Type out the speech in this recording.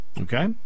Okay